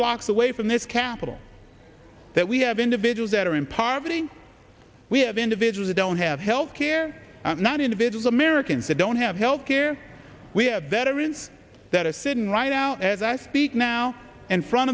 blocks away from this capital that we have individuals that are in poverty we have individuals don't have health care not individual americans they don't have health care we have veterans that are sitting right out as i speak now in front